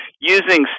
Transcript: using